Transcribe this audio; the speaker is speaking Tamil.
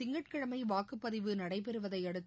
திங்கட்கிழமைவாக்குப்பதிவு வரும் நடைபெறுவதையடுத்து